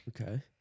okay